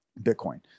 Bitcoin